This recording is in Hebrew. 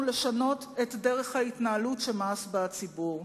לשנות את דרך ההתנהלות שמאס בה הציבור.